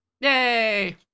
yay